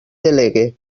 delegue